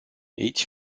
each